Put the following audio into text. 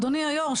אדוני היו״ר,